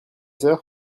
sœur